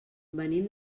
venim